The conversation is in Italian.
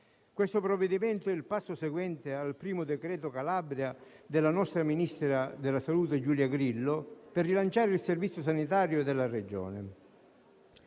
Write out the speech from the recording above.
questo provvedimento è il passo seguente al primo decreto Calabria del nostro ministro della salute Grillo per rilanciare il servizio sanitario della Regione.